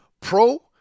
pro